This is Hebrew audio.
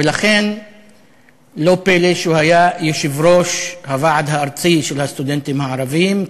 ולכן לא פלא שהוא היה יושב-ראש הוועד הארצי של הסטודנטים הערבים,